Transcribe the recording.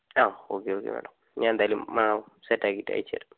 ആ okay okay madam ഞാൻ എന്തായാലും സെറ്റ് ആക്കീട്ട് അയച്ചുതരാം